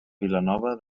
vilanova